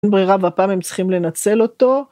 אין ברירה והפעם הם צריכים לנצל אותו.